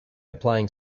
applying